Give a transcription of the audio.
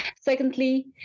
Secondly